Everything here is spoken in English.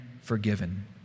forgiven